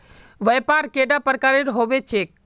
व्यापार कैडा प्रकारेर होबे चेक?